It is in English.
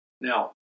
Now